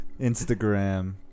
Instagram